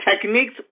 techniques